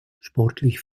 sportlich